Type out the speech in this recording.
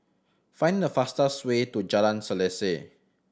find the fastest way to Jalan Selaseh